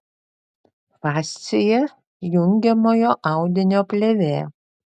fascija jungiamojo audinio plėvė